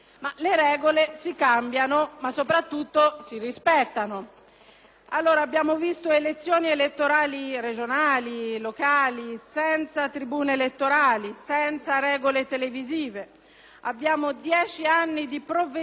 Abbiamo visto elezioni elettorali regionali e locali senza tribune elettorali e senza regole televisive; abbiamo dieci anni di provvedimenti dell'Autorità per le garanzie nelle comunicazioni in cui si certifica